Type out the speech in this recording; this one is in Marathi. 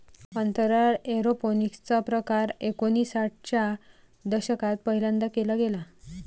अंतराळात एरोपोनिक्स चा प्रकार एकोणिसाठ च्या दशकात पहिल्यांदा केला गेला